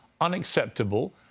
unacceptable